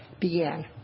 began